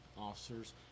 officers